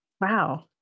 Wow